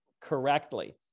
correctly